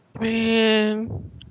Man